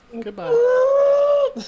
goodbye